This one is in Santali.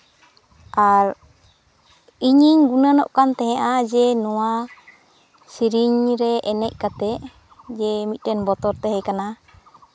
ᱟᱨ ᱤᱧᱤᱧ ᱜᱩᱱᱟᱹᱱᱚᱜ ᱠᱟᱱ ᱛᱟᱦᱮᱸᱫᱼᱟ ᱡᱮ ᱱᱚᱣᱟ ᱥᱮᱨᱮᱧ ᱨᱮ ᱮᱱᱮᱡ ᱠᱟᱛᱮᱫ ᱡᱮ ᱢᱤᱫᱴᱮᱱ ᱵᱚᱛᱚᱨ ᱛᱟᱦᱮᱸ ᱠᱟᱱᱟ